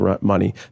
money